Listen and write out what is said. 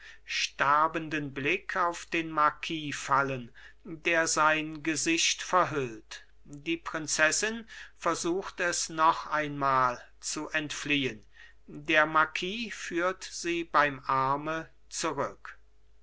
sterbenden blick auf den marquis fallen der sein gesicht verhüllt die prinzessin versucht es noch einmal zu entfliehen der marquis führt sie beim arme zurück